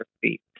feet